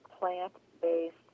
plant-based